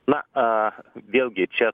na vėlgi čia